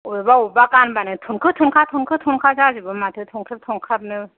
अबेबा अबेबा गानबानो थनखो थनखा थनखो थनखा जाजोबो माथो थनख्रेब थनख्राब नो